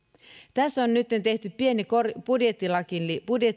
tässä on nytten tehty pieni budjettilakikorjausesitys